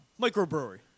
Microbrewery